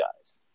guys